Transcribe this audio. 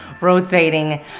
rotating